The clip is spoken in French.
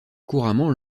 couramment